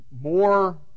more